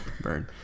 Burn